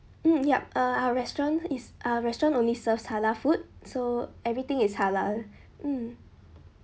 mm yup uh our restaurant is our restaurant only serves halal food so everything is halal mm